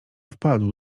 wpadł